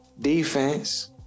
defense